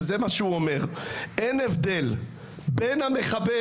וזה מה שהוא אומר: "אין הבדל בין המחבל